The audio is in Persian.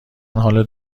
حال